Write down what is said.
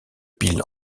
piles